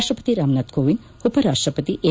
ರಾಷ್ಟಪತಿ ರಾಮನಾಥ್ ಕೋವಿಂದ್ ಉಪರಾಷ್ಟಪತಿ ಎಂ